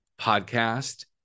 podcast